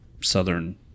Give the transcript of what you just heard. Southern